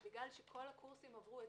כי כל הקורסים עברו אצלו.